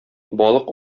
балык